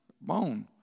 Bone